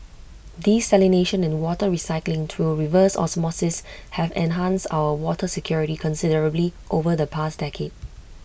desalination and water recycling through reverse osmosis have enhanced our water security considerably over the past decade